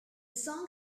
song